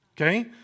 okay